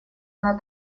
она